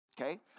okay